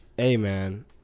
Amen